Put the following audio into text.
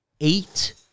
eight